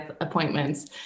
appointments